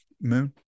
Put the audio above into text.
Moon